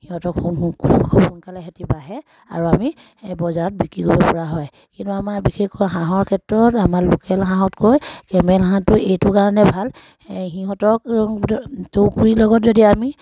সিহঁতক খুব সোনকালে সিহঁতি বাঢ়ে আৰু আমি এই বজাৰত বিক্ৰী কৰিব পৰা হয় কিন্তু আমাৰ বিশেষকৈ হাঁহৰ ক্ষেত্ৰত আমাৰ লোকেল হাঁহতকৈ কেমেল হাঁহটো এইটো কাৰণে ভাল সিহঁতক তুঁহ গুৰিৰ লগত যদি আমি